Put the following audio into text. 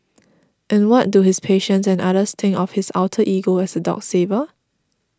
and what do his patients and others think of his alter ego as a dog saver